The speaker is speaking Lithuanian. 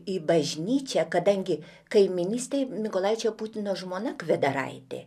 į bažnyčią kadangi kaimynystėje mykolaičio putino žmona kvederaitė